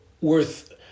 worth